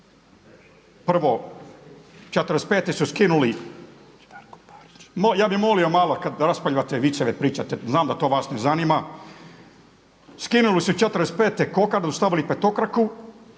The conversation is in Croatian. prvo 45. su sinuli, ja bi molio malo kad raspravljamo viceve pričate, znam da to vas ne zanima, skinuli su 45. kokardu i stavili petokraku,